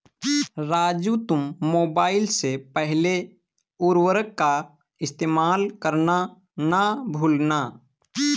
राजू तुम मोबाइल से पहले उर्वरक का इस्तेमाल करना ना भूलना